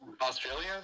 Australia